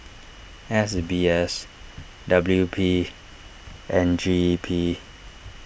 S B S W P and G E P